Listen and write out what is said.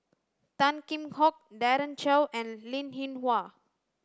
Tan Kheam Hock Daren Shiau and Linn In Hua